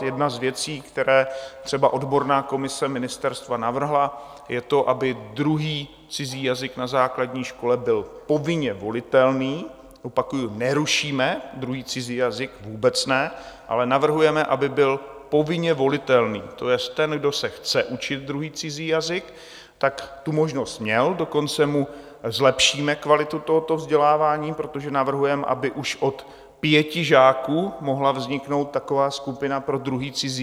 Jedna z věcí, které třeba odborná komise ministerstva navrhla, je to, aby druhý cizí jazyk na základní škole byl povinně volitelný opakuji, nerušíme druhý cizí jazyk, vůbec ne, ale navrhujeme, aby byl povinně volitelný, to jest ten, kdo se chce učit druhý cizí jazyk, tak tu možnost měl, dokonce mu zlepšíme kvalitu tohoto vzdělávání, protože navrhujeme, aby už od pěti žáků mohla vzniknout taková skupina pro druhý cizí jazyk.